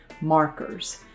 markers